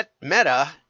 Meta